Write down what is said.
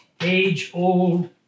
age-old